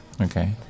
Okay